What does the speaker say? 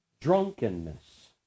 Drunkenness